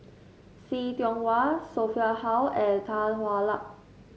See Tiong Wah Sophia Hull and Tan Hwa Luck